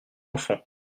enfants